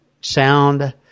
sound